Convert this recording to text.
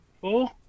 Four